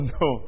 no